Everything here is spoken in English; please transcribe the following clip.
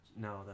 No